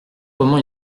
comment